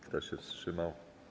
Kto się wstrzymał?